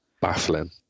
baffling